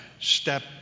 Step